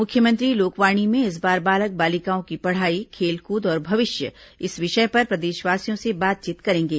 मुख्यमंत्री लोकवाणी में इस बार बालक बालिकाओं की पढ़ाई खेलकूद और भविष्य विषय पर प्रदेशवासियों से बातचीत करेंगे